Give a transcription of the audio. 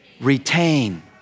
retain